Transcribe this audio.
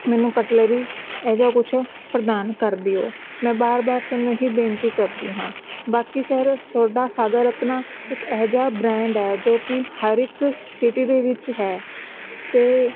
ਮੈਨੂੰ ਕਟਲਰੀ ਇਹ ਜਿਹਾ ਕੁਛ ਪ੍ਰਦਾਨ ਕਰ ਦਿਓ ਮੈਂ ਬਾਰ ਬਾਰ ਤੁਹਾਨੂੰ ਇਹ ਹੀ ਬੇਨਤੀ ਕਰਦੀ ਹਾਂ ਬਾਕੀ ਸਰ ਤੁਹਾਡਾ ਸਾਗਰ ਰਤਨਾ ਇੱਕ ਇਹ ਜਿਹਾ ਬ੍ਰਾਂਡ ਹੈ ਜੋ ਕਿ ਹਰ ਇੱਕ ਸਿਟੀ ਦੇ ਵਿੱਚ ਹੈ ਅਤੇ